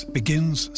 begins